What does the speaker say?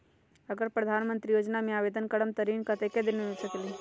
अगर प्रधानमंत्री योजना में आवेदन करम त ऋण कतेक दिन मे मिल सकेली?